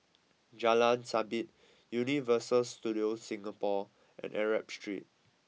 Jalan Sabit Universal Studios Singapore and Arab Street